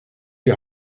die